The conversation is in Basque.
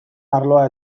arloa